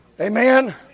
Amen